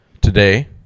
today